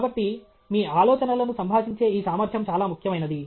కాబట్టి మీ ఆలోచనలను సంభాషించే ఈ సామర్థ్యం చాలా ముఖ్యమైనది